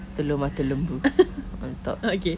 telur mata lembu on top